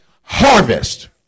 harvest